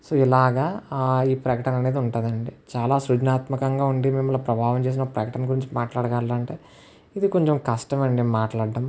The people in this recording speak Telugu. సో ఇలాగ ఈ ప్రకటన అనేది ఉంటుందండి చాలా సృజనాత్మకంగా ఉండి మిమ్మల్ని ప్రభావితం చేసిన ప్రకటన గురించి మాట్లాడగలరా అంటే ఇది కొంచెం కష్టం అండి మాట్లాడటం